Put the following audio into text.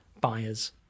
buyers